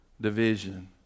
division